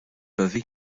peuvent